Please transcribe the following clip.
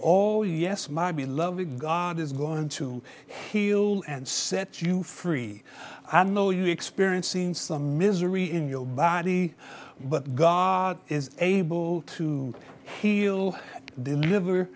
all yes my be loving god is going to heal and set you free i know you experiencing some misery in your body but god is able to heal deliver